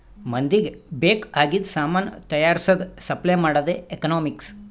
ಮಂದಿಗ್ ಬೇಕ್ ಆಗಿದು ಸಾಮಾನ್ ತೈಯಾರ್ಸದ್, ಸಪ್ಲೈ ಮಾಡದೆ ಎಕನಾಮಿಕ್ಸ್